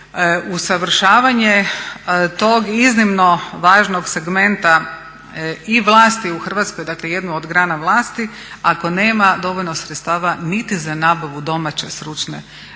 usavršavanje tog iznimno važnog segmenta i vlasti u Hrvatskoj, dakle jednu od grana vlasti ako nema dovoljno sredstava niti za nabavu domaće, stručne